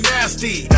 Nasty